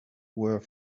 were